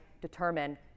determine